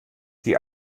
die